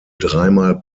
dreimal